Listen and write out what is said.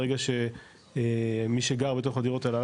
ברגע שמי שגר בתוך הדירות האלה,